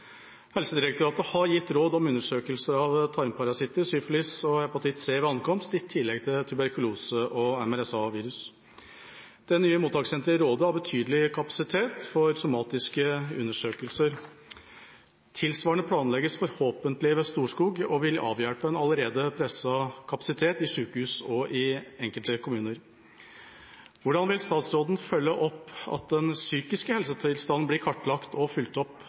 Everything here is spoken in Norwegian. Helsedirektoratet har gitt råd om undersøkelse av tarmparasitter, syfilis, hepatitt C ved ankomst i tillegg til tuberkulose og MRSA-virus. Det nye mottakssenteret i Råde har betydelig kapasitet for somatiske undersøkelser. Tilsvarende planlegges forhåpentlig ved Storskog og vil avhjelpe en allerede presset kapasitet på sykehus og i enkelte kommuner. Hvordan vil statsråden følge opp at den psykiske helsetilstanden blir kartlagt og fulgt opp